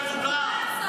בבקשה.